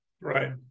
Right